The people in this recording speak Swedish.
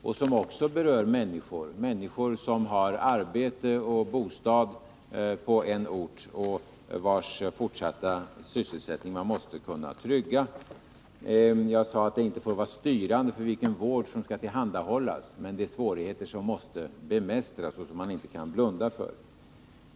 Dessa berör också människorna — människor som har arbete och bostad på orten och vars fortsatta sysselsättning man måste kunna trygga. Jag sade att detta inte får vara styrande när det gäller den vårdform som skall tillhandahållas. Det är ändå svårigheter som måste bemästras och som man inte kan blunda för.